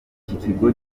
kigo